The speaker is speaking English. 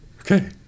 Okay